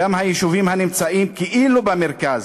גם היישובים הנמצאים כאילו במרכז,